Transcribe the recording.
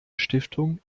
stiftung